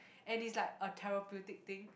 and it's like a therapeutic thing